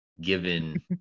given